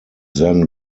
then